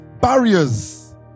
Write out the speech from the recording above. barriers